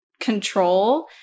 control